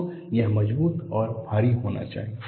तो यह मजबूत और भारी होना चाहिए